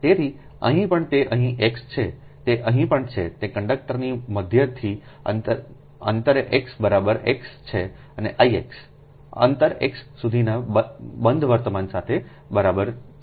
તેથી અહીં પણ તે અહીં x છે તે અહીં પણ છે તે કંડક્ટરની મધ્યથી અંતરે x x છે અને Ix અંતર x સુધીના બંધ વર્તમાન સાથે છે